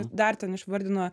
dar ten išvardino